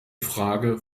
frage